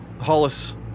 Hollis